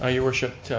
ah your worship,